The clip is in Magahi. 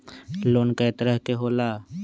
लोन कय तरह के होला?